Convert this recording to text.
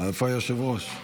איפה היושב-ראש?